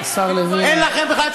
השר לוין, אדוני.